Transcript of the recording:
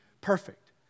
perfect